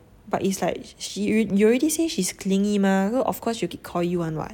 but it's like sh~ you already say she's clingy mah so of course she'll keep call you [one] [what]